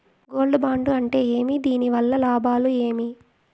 Gold bond అంటే ఏమి? దీని వల్ల లాభాలు ఏమి?